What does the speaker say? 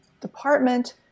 department